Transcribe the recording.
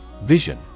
Vision